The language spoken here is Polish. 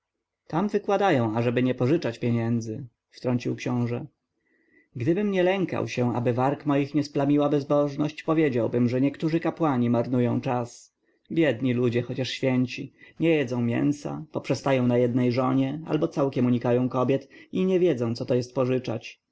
tam wykładają ażeby nie pożyczać pieniędzy wtrącił książę gdybym nie lękał się ażeby warg moich nie splamiła bezbożność powiedziałbym że niektórzy kapłani marnują czas biedni ludzie chciażchociaż święci nie jedzą mięsa poprzestają na jednej żonie albo całkiem unikają kobiet i nie wiedzą co to jest pożyczać